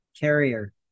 Carrier